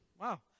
Wow